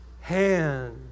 hand